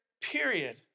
period